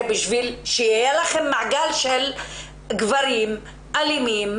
בשביל שיהיה לכם מעגל של יותר גברים אלימים,